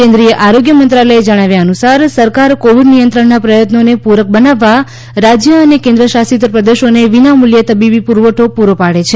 કેન્દ્રીય આરોગ્ય મંત્રાલયે જણાવ્યા અનુસાર સરકાર કોવિડ નિયંત્રણના પ્રયત્નોને પૂરક બનાવવા રાજ્ય અને કેન્દ્રશાસિત પ્રદેશોને વિના મૂલ્યે તબીબી પુરવઠો પૂરો પાડે છે